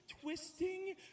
twisting